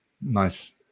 nice